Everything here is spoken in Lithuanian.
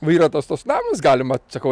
va yra tas tos namas galima sakau